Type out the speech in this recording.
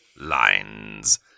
lines